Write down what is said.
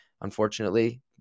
Unfortunately